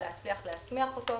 להצליח להצמיח אותו.